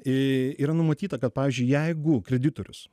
yra numatyta kad pavyzdžiui jeigu kreditorius